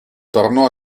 tornò